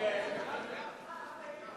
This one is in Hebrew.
אי-אמון